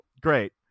Great